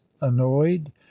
annoyed